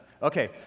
Okay